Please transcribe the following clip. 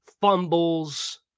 fumbles